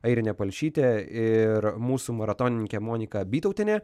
airinė palšytė ir mūsų maratonininkė monika bytautienė